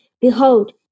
behold